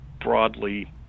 broadly